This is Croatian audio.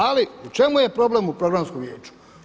Ali u čemu je problem u Programskom vijeću?